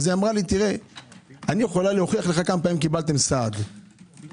אמרה לי: אני יכולה להוכיח לך כמה פעמים קיבלתם סעד כחרדים.